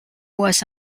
was